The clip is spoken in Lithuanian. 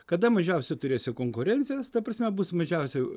kada mažiausiai turėsiu konkurencijos ta prasme bus mažiausiai